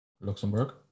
Luxembourg